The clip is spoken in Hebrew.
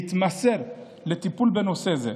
להתמסר לטיפול בנושא זה.